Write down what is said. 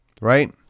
right